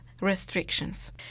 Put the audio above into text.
restrictions